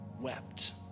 wept